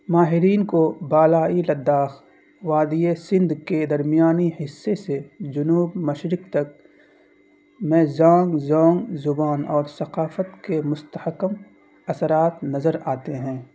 ماہرین کو بالائی لدّاخ وادی سندھ کے درمیانی حصے سے جنوب مشرق تک میں زانگ زونگ زبان اور ثقافت کے مستحکم اثرات نظر آتے ہیں